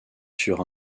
sur